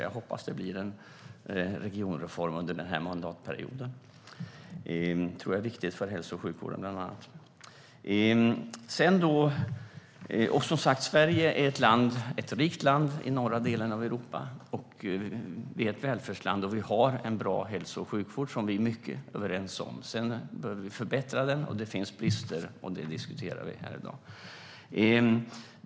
Jag hoppas att det blir en regionreform under den här mandatperioden. Det tror jag är viktigt för bland annat hälso och sjukvården. Sverige är ett rikt land i norra delen av Europa. Vi är ett välfärdsland, och vi har en bra hälso och sjukvård som vi i mycket är överens om. Sedan behöver vi förbättra den. Det finns brister, och dem diskuterar vi här i dag.